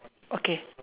okay